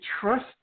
trust